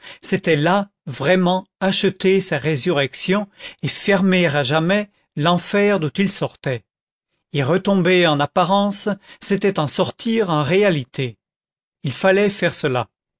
c'était là vraiment achever sa résurrection et fermer à jamais l'enfer d'où il sortait y retomber en apparence c'était en sortir en réalité il fallait faire cela